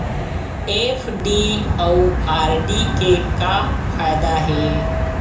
FD अउ RD के का फायदा हे?